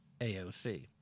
AOC